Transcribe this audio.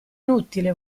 inutile